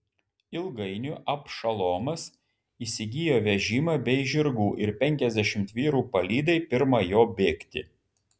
ilgainiui abšalomas įsigijo vežimą bei žirgų ir penkiasdešimt vyrų palydai pirma jo bėgti